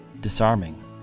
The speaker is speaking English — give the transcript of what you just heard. disarming